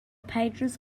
pages